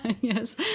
Yes